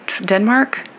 Denmark